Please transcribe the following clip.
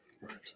right